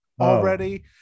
already